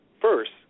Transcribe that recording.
first